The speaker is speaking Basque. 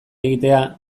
egitea